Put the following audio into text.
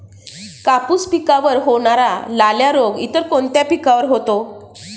कापूस पिकावर होणारा लाल्या रोग इतर कोणत्या पिकावर होतो?